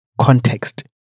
context